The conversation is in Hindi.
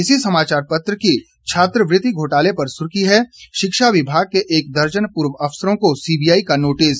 इसी समाचार पत्र की छात्रवृति घोटाले पर सुर्खी है शिक्षा विभाग के एक दर्जन पूर्व अफसरों को सीबीआई का नोटिस